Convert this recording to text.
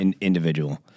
individual